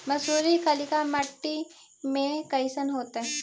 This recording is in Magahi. मसुरी कलिका मट्टी में कईसन होतै?